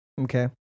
Okay